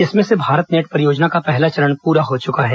इसमें से भारत नेट परियोजना का पहला चरण पूरा हो चुका है